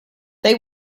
they